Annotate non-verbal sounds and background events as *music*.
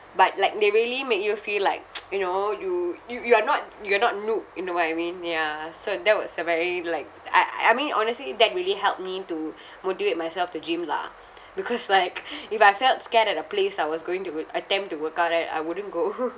but like they really make you feel like *noise* you know you you you are not you are not noob you know what I mean ya so that was a very like I I mean honestly that really helped me to motivate myself to gym lah because *laughs* like if I felt scared at a place I was going to attempt to workout at I wouldn't go *laughs*